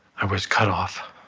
i was cut off